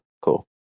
cool